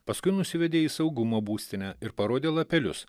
paskui nusivedė į saugumo būstinę ir parodė lapelius